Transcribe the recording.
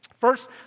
First